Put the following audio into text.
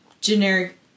generic